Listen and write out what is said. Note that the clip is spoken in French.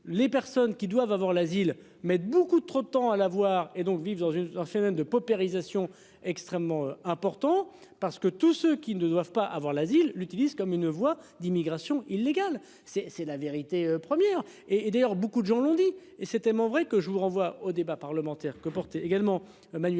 les personnes qui doivent avoir l'asile mettent beaucoup trop de temps à l'avoir et donc vivre dans une HLM de paupérisation extrêmement important parce que tout ce qui ne doivent pas avoir l'asile l'utilise comme une voie d'immigration illégale, c'est c'est la vérité première et et d'ailleurs beaucoup de gens l'ont dit et c'est tellement vrai que je vous renvoie au débat parlementaire que portait également Manuel